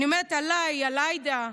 אני אומרת עליי, על עאידה,